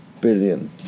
billion